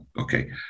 okay